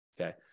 okay